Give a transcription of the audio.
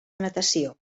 natació